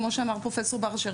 כמו שאמר פרופ' בר אשר,